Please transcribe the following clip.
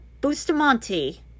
Bustamante